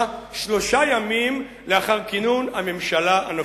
שלושה ימים לאחר כינון הממשלה הנוכחית.